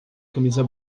camisa